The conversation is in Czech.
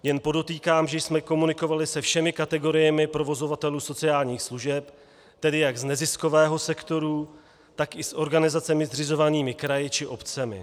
Jen podotýkám, že jsme komunikovali se všemi kategoriemi provozovatelů sociálních služeb, tedy jak z neziskového sektoru, tak i s organizacemi zřizovanými kraji či obcemi.